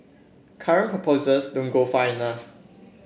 current proposals don't go far enough